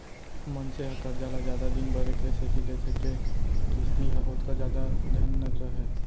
मनसे ह करजा ल जादा दिन बर एकरे सेती लेथे के किस्ती ह ओतका जादा झन रहय